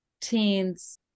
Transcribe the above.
teens